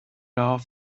off